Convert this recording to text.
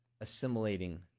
assimilating